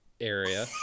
area